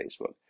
Facebook